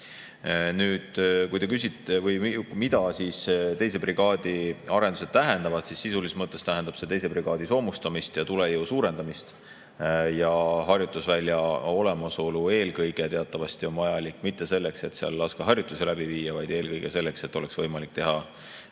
loomist. Kui te küsite, mida 2. brigaadi arendused tähendavad, siis sisulises mõttes tähendab see 2. brigaadi soomustamist ja tulejõu suurendamist. Ja harjutusvälja olemasolu teatavasti ei ole vajalik mitte selleks, et seal laskeharjutusi läbi viia, vaid eelkõige selleks, et oleks võimalik teha